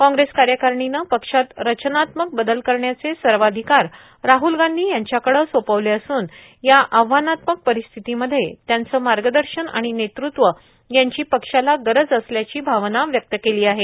कॉग्रेस कार्यकारिणीने पक्षात रचनात्मक बदल करण्याचे सर्वाधिकार राहल गांधी यांच्याकडे सोपविले असून या आव्हानात्मक परिस्थितीमध्ये त्यांचे मार्गदर्शन आणि नेतृत्व यांची पक्षाला मार्गावर गरज असल्याची भावना व्यक्त केली आहे